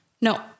no